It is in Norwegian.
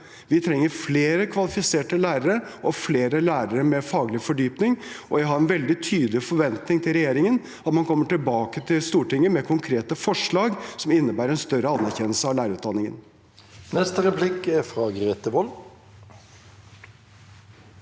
Vi trenger flere kvalifiserte lærere og flere lærere med faglig fordypning, og jeg har en veldig tydelig forventning til regjeringen om at en kommer tilbake til Stortinget med konkrete forslag som innebærer en større anerkjennelse av lærerutdanningen.